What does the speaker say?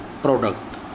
product